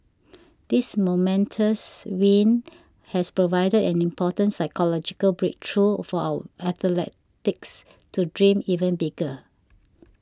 this momentous win has provided an important psychological breakthrough for our athletes to dream even bigger